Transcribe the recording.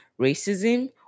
racism